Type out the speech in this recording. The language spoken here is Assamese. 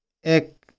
এক